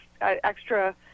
extra